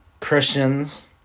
Christians